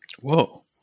whoa